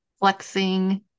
flexing